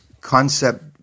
concept